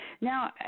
Now